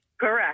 Correct